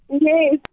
Yes